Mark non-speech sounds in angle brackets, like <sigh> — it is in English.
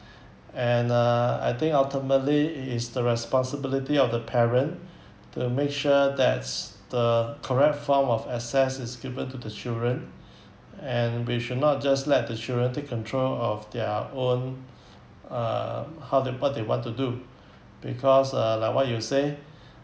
and uh I think ultimately it is the responsibility of the parent to make sure that's the correct form of access is given to the children <breath> and we should not just let the children take control of their own <breath> uh how they part they want to do because uh like what you say